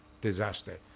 disaster